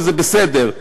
וזה בסדר,